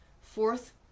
fourth